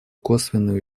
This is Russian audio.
косвенный